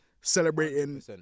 Celebrating